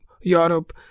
Europe